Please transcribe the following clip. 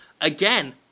Again